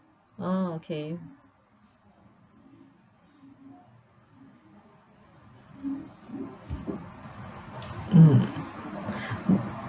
oh okay mm